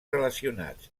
relacionats